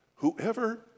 Whoever